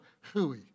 hooey